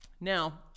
Now